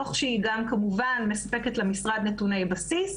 תוך שהיא גם כמובן מספקת למשרד נתוני בסיס.